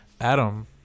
Adam